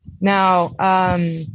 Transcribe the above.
Now